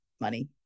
money